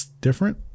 different